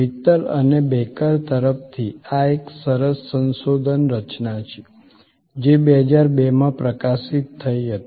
મિત્તલ અને બેકર તરફથી આ એક સરસ સંશોધન રચના છે જે 2002માં પ્રકાશિત થઈ હતી